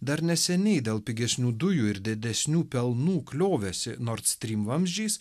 dar neseniai dėl pigesnių dujų ir didesnių pelnų kliovęsi nord stream vamzdžiais